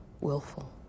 willful